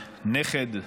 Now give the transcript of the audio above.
נכד,